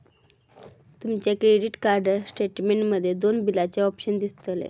तुमच्या credit card statement मध्ये दोन बिलाचे ऑप्शन दिसतले